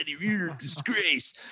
Disgrace